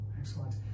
excellent